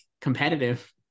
competitive